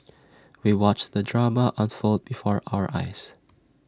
we watched the drama unfold before our eyes